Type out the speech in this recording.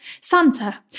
Santa